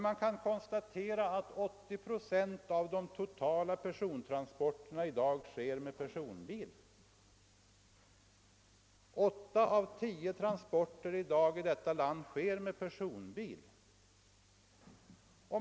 Man kan konstatera att 80 procent av de totala persontransporterna i dag företas per personbil.